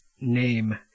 name